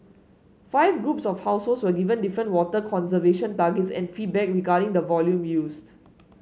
five groups of households were given different water conservation targets and feedback regarding the volume used